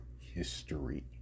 history